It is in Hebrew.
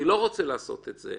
אני לא רוצה לעשות את זה.